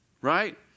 Right